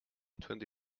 twenty